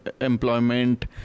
employment